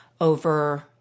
over